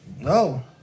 No